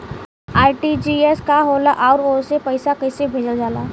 RTGS का होला आउरओ से पईसा कइसे भेजल जला?